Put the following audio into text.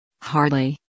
Hardly